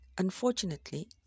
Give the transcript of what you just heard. Unfortunately